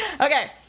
Okay